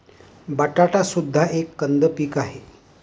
बटाटा सुद्धा एक कंद पीक आहे